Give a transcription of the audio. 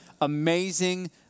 amazing